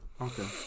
Okay